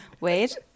wait